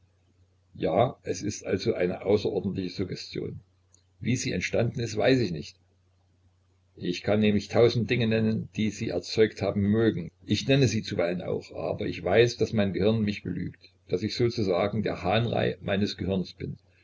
ja es ist also eine außerordentliche suggestion wie sie entstanden ist weiß ich nicht ich kann nämlich tausend dinge nennen die sie erzeugt haben mögen ich nenne sie zuweilen auch aber ich weiß daß mein gehirn mich belügt daß ich sozusagen der hahnrei meines gehirnes bin